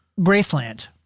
Graceland